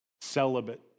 celibate